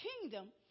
kingdom